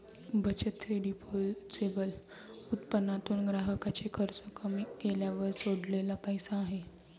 बचत हे डिस्पोजेबल उत्पन्नातून ग्राहकाचे खर्च कमी केल्यावर सोडलेला पैसा आहे